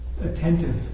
attentive